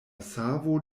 savo